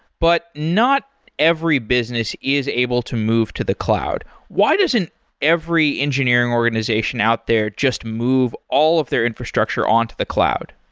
but not every business is able to move to the cloud. why doesn't every engineering organization out there just move all of their infrastructure onto the cloud?